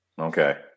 Okay